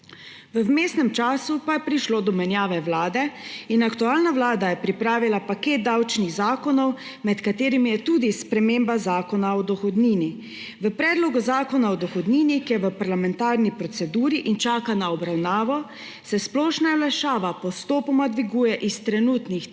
V vmesnem času pa je prišlo do menjave vlade in aktualna vlada je pripravila paket davčnih zakonov, med katerimi je tudi sprememba Zakona o dohodnini. V predlogu zakona o dohodnini, ki je v parlamentarni proceduri in čaka na obravnavo, se splošna olajšava postopoma dviguje s trenutnih